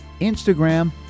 Instagram